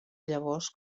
llavors